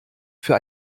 für